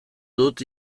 dut